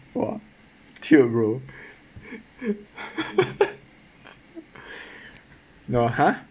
!wah! tilt bro no !huh!